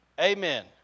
Amen